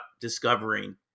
discovering